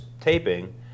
taping